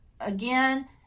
Again